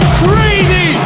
crazy